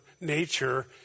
nature